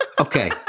Okay